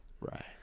Right